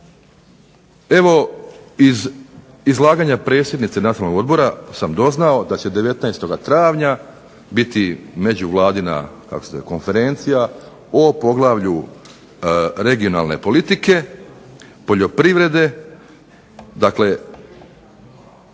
Evo, iz izlaganja predsjednice Nacionalnog odbora sam dozvao da će 19. travnja biti međuvladina konferencija o poglavlju regionalne politike, poljoprivrede, dakle,